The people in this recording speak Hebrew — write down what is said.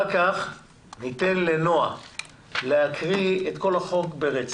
אחר כך נעה בן שבת תקרא את כל הצעת החוק ברצף.